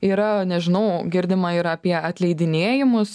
yra nežinau girdima yra apie atleidinėjimus